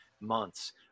months